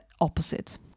opposite